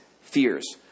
fears